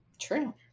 True